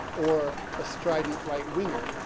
or a strident right-winger.